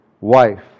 wife